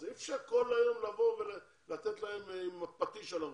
אי אפשר כל היום לבוא ולתת להם פטיש על הראש.